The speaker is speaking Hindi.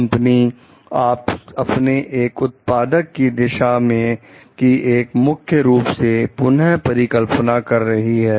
कंपनी अपने एक उत्पादक की दिशा की एक मुख्य रूप से पुनः परिकल्पना कर रही है